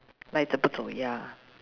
赖着不走：lai zhe bu zou ya